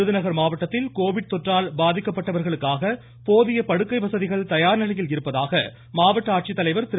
விருதுநகர் மாவட்டத்தில் கோவிட் தொற்றால் பாதிக்கப்பட்டவர்களுக்காக போதிய படுக்கை வசதிகள் தயார் நிலையில் இருப்பதாக மாவட்ட ஆட்சித்தலைவர் திரு